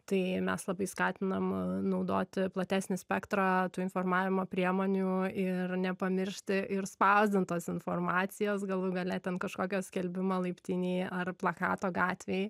tai mes labai skatinam naudoti platesnį spektrą tų informavimo priemonių ir nepamiršti ir spausdintos informacijos galų gale ten kažkokio skelbimą laiptinėje ar plakato gatvėj